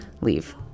leave